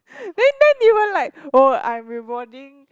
then then you were like oh I'm rewarding